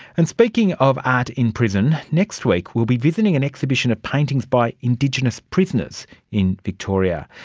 and speaking of art in prison, next week we'll be visiting an exhibition of paintings by indigenous prisoners in victoria.